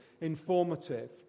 informative